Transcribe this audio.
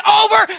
over